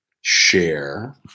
Share